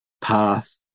path